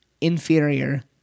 inferior